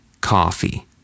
coffee